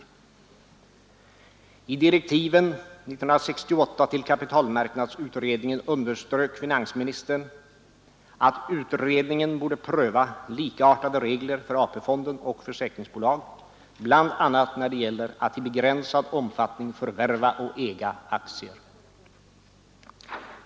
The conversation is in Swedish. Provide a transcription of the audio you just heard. i ä / 5 MALE Torsdagen den I direktiven 1968 till kapitalmarknadsutredningen underströk finans 24 maj 1973 ministern att utredningen borde pröva likartade regler för AP-fonden och försäkringsbolag, bl.a. när det gäller att i begränsad omfattning förvärva och äga aktier.